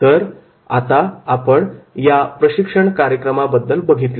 तर आता आपण या या प्रशिक्षण कार्यक्रमात बद्दल बघितले